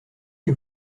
que